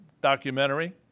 documentary